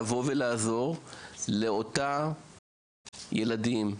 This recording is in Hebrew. לבוא ולעזור לאותם ילדים,